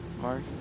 Mark